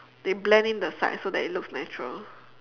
they blend in the sides so that it looks natural